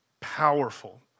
Powerful